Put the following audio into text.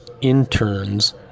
interns